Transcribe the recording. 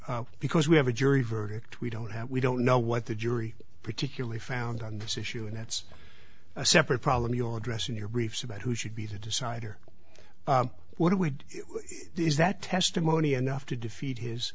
because we have a jury verdict we don't have we don't know what the jury particularly found on this issue and that's a separate problem your addressing your briefs about who should be the decider what it would is that testimony enough to defeat his